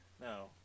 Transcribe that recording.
no